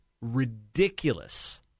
ridiculous